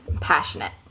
passionate